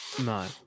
no